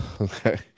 Okay